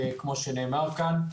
כפי שנאמר כאן.